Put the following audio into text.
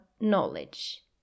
knowledge